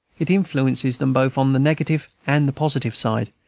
it influences them both on the negative and the positive side.